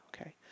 okay